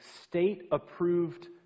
state-approved